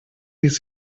these